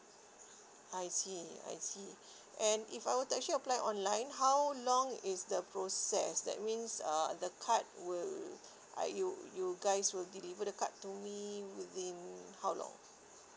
I see I see and if I were to actually apply online how long is the process that means uh the card will are you you guys will deliver the card to me within how long